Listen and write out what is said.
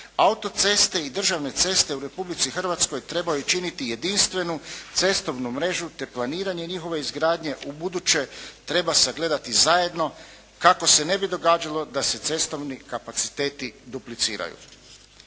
Autoceste i državne ceste u Republici Hrvatskoj trebaju činiti jedinstvenu cestovnu mrežu te planiranje njihove izgradnje ubuduće treba sagledati zajedno kako se ne bi događalo da se cestovni kapaciteti dupliciraju.